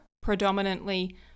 predominantly